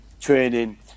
training